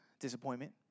disappointment